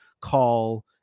call